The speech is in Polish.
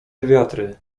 wiatry